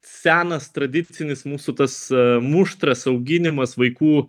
senas tradicinis mūsų tas muštras auginimas vaikų